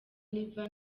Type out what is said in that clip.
riva